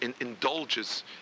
indulges